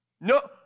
No